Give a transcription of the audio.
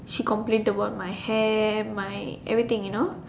she complain about my hair my everything you know